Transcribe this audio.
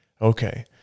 okay